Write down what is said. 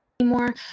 anymore